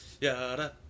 Yada